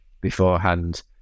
beforehand